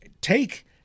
take